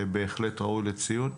בהחלט ראוי לציון.